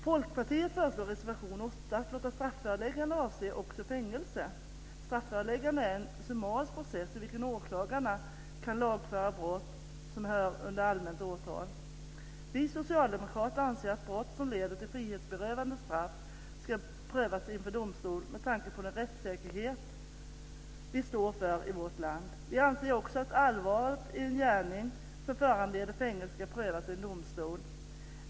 Folkpartiet föreslår i reservation 8 att vi ska låta strafföreläggande avse också fängelse. Strafföreläggande är en summarisk process i vilken åklagarna kan lagföra brott som hör hemma under allmän åtal. Vi socialdemokrater anser att brott som leder till frihetsberövande straff ska prövas inför domstol med tanke på den rättssäkerhet vi står för i vårt land. Vi anser också att allvaret i en gärning som föranleder fängelse ska prövas i en domstol.